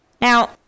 Now